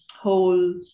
whole